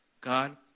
God